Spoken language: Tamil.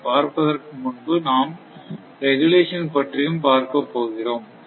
அதை பார்ப்பதற்கு முன்பு நாம் ரெகுலேஷன் பற்றியும் பார்க்கப் போகிறோம்